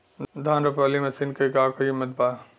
धान रोपे वाली मशीन क का कीमत बा?